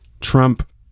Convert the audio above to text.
Trump